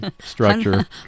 structure